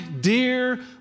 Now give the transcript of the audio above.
dear